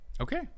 Okay